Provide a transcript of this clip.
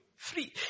Free